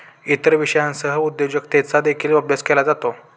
इतर विषयांसह उद्योजकतेचा देखील अभ्यास केला जातो